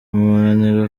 umunaniro